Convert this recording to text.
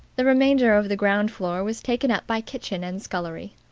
the remainder of the ground floor was taken up by kitchen and scullery.